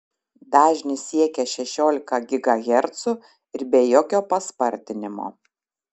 dažnis siekia šešiolika gigahercų ir be jokio paspartinimo